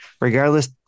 Regardless